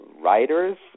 writers